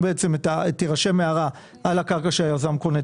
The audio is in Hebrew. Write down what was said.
תירשם הערה על הקרקע שהיזם קונה,